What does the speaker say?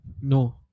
No